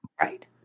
Right